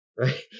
Right